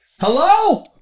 Hello